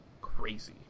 crazy